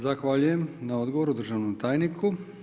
Zahvaljujem na odgovoru državnom tajniku.